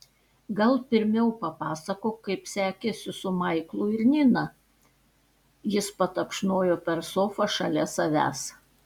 gal pirmiau papasakok kaip sekėsi su maiklu ir nina jis patapšnojo per sofą šalia savęs